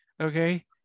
okay